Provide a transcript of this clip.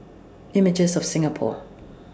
Images of Singapore